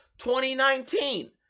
2019